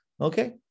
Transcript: Okay